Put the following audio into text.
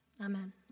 Amen